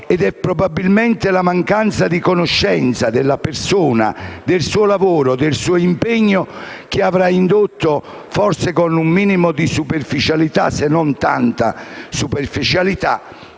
ed è probabilmente la mancanza di conoscenza della persona, del suo lavoro e del suo impegno che avrà indotto, forse con un minimo di superficialità, se non tanta, ad affermare